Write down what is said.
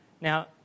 Now